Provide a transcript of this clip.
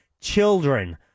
children